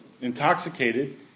intoxicated